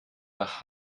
nach